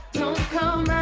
don't come